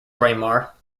braemar